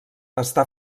està